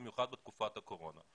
במיוחד בתקופת הקורונה.